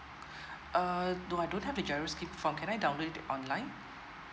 uh no I don't have the G_I_R_O scheme form can I download it online